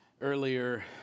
Earlier